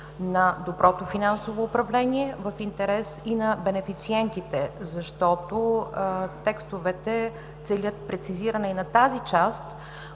на доброто финансово управление, в интерес и на бенефициентите, защото текстовете целят прецизиране и на тази част,